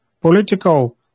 political